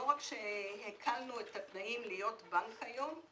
לא רק שהקלנו את התנאים להיות בנק היום,